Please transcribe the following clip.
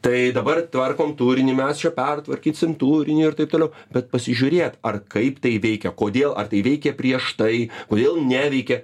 tai dabar tvarkom turinį mes čia pertvarkysim turinį ir taip toliau bet pasižiūrėt ar kaip tai veikia kodėl ar tai veikė prieš tai kodėl neveikė